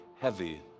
heavy